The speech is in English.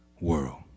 world